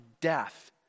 death